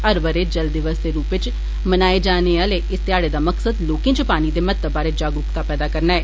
हर बरे जल दिवस दे रूपै च मनाए जाने आले इस घ्याडे दा मकसद लोकें च पानी दे महत्व बारै जागरूक्ता पैदा करना ऐ